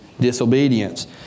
disobedience